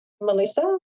Melissa